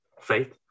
faith